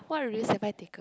what risk have I taken